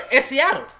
Seattle